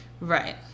Right